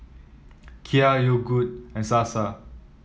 Kia Yogood and Sasa